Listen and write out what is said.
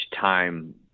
time